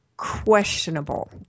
questionable